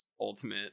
ultimate